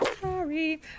Sorry